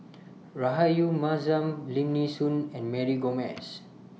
Rahayu Mahzam Lim Nee Soon and Mary Gomes